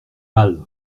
mal